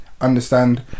understand